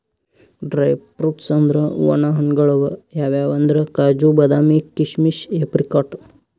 dry fruits ಅಂದ್ರ ವಣ ಹಣ್ಣ್ಗಳ್ ಅವ್ ಯಾವ್ಯಾವ್ ಅಂದ್ರ್ ಕಾಜು, ಬಾದಾಮಿ, ಕೀಶಮಿಶ್, ಏಪ್ರಿಕಾಟ್